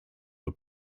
for